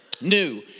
new